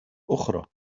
أخرى